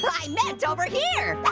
but i meant over here.